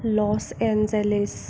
Los Angeles